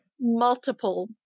multiple